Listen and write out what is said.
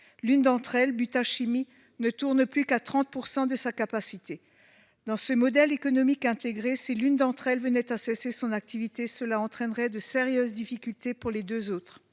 Butachimie, par exemple, ne tourne plus qu'à 30 % de sa capacité. Dans ce modèle économique intégré, si l'une de ces entreprises venait à cesser son activité, cela entraînerait de sérieuses difficultés pour les deux autres.